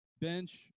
bench